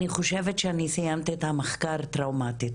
אני חושבת שאני סיימתי את המחקר טראומתית,